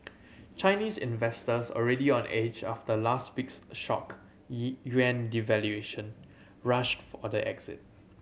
Chinese investors already on edge after last week's shock yuan devaluation rushed for the exit